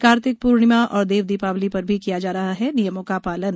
कार्तिक पूर्णिमा और देव दीपावली पर भी किया जा रहा है नियमों का पालन